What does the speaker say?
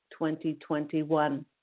2021